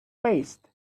paste